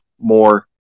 more